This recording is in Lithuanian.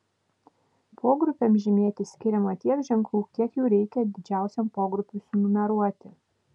pogrupiams žymėti skiriama tiek ženklų kiek jų reikia didžiausiam pogrupiui sunumeruoti